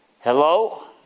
Hello